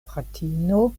fratino